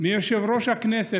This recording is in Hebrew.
מיושב-ראש הכנסת,